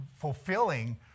fulfilling